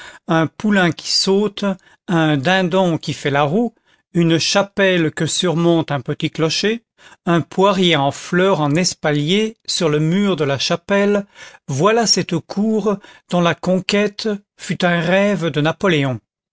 un poulain qui saute un dindon qui fait la roue une chapelle que surmonte un petit clocher un poirier en fleur en espalier sur le mur de la chapelle voilà cette cour dont la conquête fut un rêve de napoléon